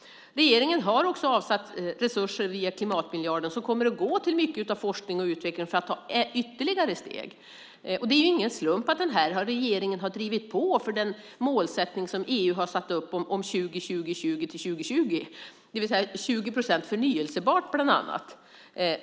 Regeringen har också avsatt resurser via klimatmiljarden till mycket av forskning och utveckling för att ta ytterligare steg. Det är ingen slump att regeringen har drivit på för den målsättning som EU har satt upp om 20-20-20 till 2020, det vill säga bland annat 20 procent förnybart.